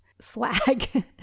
swag